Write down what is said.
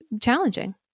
challenging